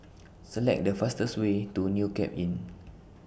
Select The fastest Way to New Cape Inn